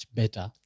better